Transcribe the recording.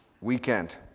weekend